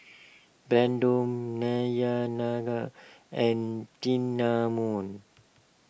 Brandon Dayanara and Cinnamon